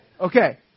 Okay